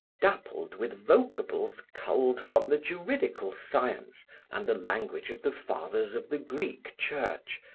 dappled with vocables culled from the juridical science and the language of the fathers of the greek church,